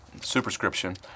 superscription